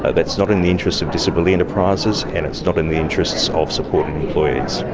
ah that's not in the interests of disability enterprises and it's not in the interests of supported employees.